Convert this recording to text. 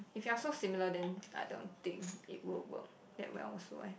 if you're so similar then I don't think it would work that well also eh